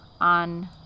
on